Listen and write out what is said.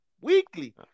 Weekly